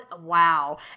wow